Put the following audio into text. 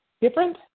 different